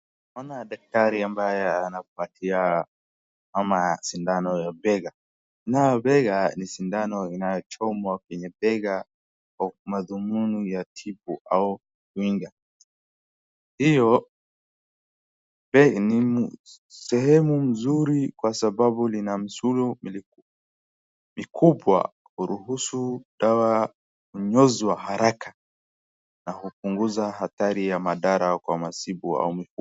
Naona daktari ambaye anapatia mama sindano ya bega. Nayo bega ni sindano inayochomwa kwenye bega kwa madhumuni ya tibu au kinga. Hiyo ni sehemu mzuri kwa sababu ina misuli mikubwa kuruhusu dawa kunyozwa haraka na hupunguza hatari ya madhara kwa masiku.